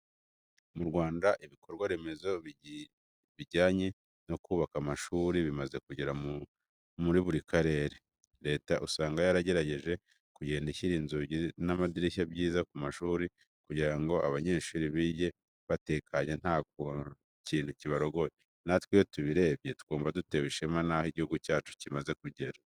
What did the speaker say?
Mu Rwanda ibikorwa remezo bijyanye no kubaka amashuri bimaze kugera muri buri turere. Leta usanga yaragerageje kugenda ishyira inzugi n'amadirishya byiza ku mashuri kugira ngo abanyeshuri bige batekanye nta kintu kibarogoya. Natwe iyo tubirebye twumva dutewe ishema n'aho igihugu cyacu kimaze kugera.